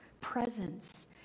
presence